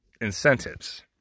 incentives